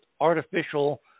artificial